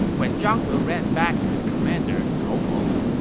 when zhang he ran back to his commander cao hong,